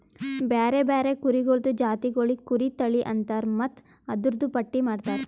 ಬ್ಯಾರೆ ಬ್ಯಾರೆ ಕುರಿಗೊಳ್ದು ಜಾತಿಗೊಳಿಗ್ ಕುರಿ ತಳಿ ಅಂತರ್ ಮತ್ತ್ ಅದೂರ್ದು ಪಟ್ಟಿ ಮಾಡ್ತಾರ